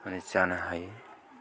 माने जानो हायो